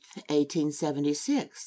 1876